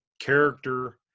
character